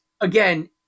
Again